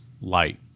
light